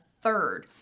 third